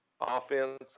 offense